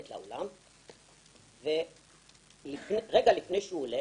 מלווה אותו יותר משנה והוא ניבנה וניבנה ואת אשר הוא יבוא,